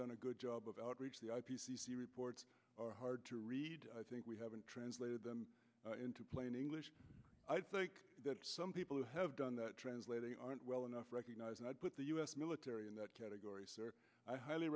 done a good job of outreach the i p c c reports are hard to read i think we haven't translated them into plain english i think some people who have done that translating aren't well enough to recognize and put the u s military in that category i highly